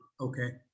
Okay